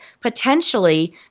potentially